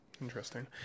interesting